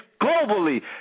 globally